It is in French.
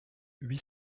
huit